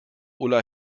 ulla